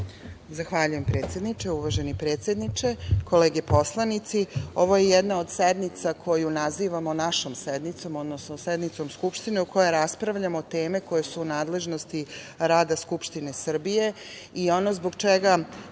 Zahvaljujem predsedniče. Uvaženi predsedniče, kolege poslanici, ovo je jedan od sednica koju nazivamo našom sednicom, odnosno sednicom Skupštine u kojoj raspravljamo teme koje su u nadležnosti rada Skupštine Srbije i ono zbog čega